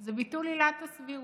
זה ביטול עילת הסבירות.